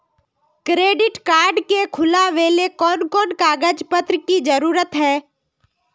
Credit card के खुलावेले कोन कोन कागज पत्र की जरूरत है?